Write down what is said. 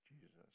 Jesus